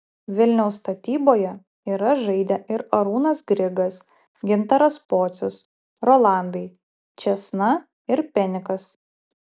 vilniaus statyboje yra žaidę ir arūnas grigas gintaras pocius rolandai čėsna ir penikas